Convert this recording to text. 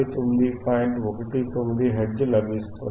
19 hertz లభిస్తుంది